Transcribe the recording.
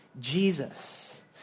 Jesus